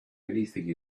anything